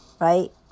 right